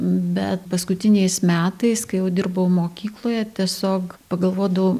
bet paskutiniais metais kai jau dirbau mokykloje tiesiog pagalvodavau